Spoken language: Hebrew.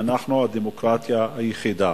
שאנחנו הדמוקרטיה היחידה.